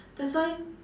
that's why